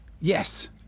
Yes